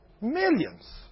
Millions